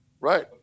right